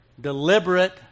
deliberate